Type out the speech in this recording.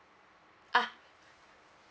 ah